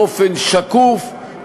באופן שקוף,